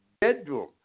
bedroom